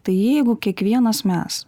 tai jeigu kiekvienas mes